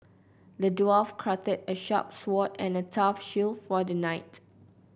the dwarf crafted a sharp sword and a tough shield for the knight